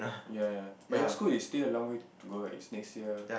ya ya but your school is still long way to go right it's next year